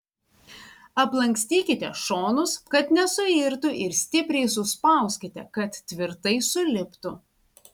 aplankstykite šonus kad nesuirtų ir stipriai suspauskite kad tvirtai suliptų